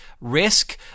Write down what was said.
risk